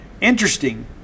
interesting